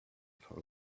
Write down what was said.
for